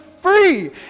free